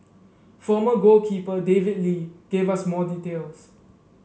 former goalkeeper David Lee gave us more details